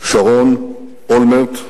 שרון, אולמרט,